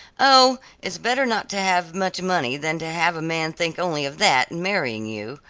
oh it's better not to have much money than to have a man think only of that in marrying you,